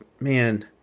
man